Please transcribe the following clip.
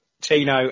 Tino